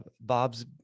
Bob's